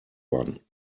one